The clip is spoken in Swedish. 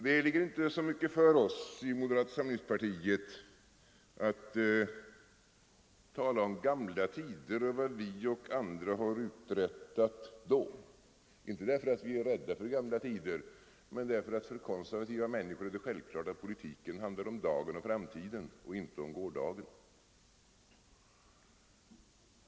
Det ligger inte så mycket för oss i moderata samlingspartiet att tala om gamla tider och vad vi och andra har uträttat då — inte därför att vi är rädda för gamla tider utan därför att det för konservativa människor är självklart att politiken handlar om dagen och framtiden och inte om gårdagen.